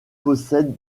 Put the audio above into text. possèdent